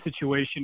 situation